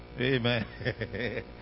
amen